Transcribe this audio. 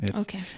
Okay